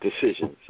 decisions